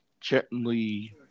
gently